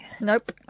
Nope